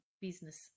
business